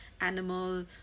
animal